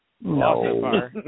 No